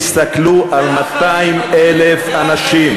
תסתכלו על 200,000 אנשים,